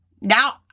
Now